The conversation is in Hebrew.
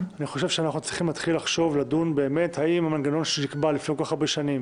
אנחנו צריכים לחשוב לדון האם המנגנון שנקבע לפני כל כך הרבה שנים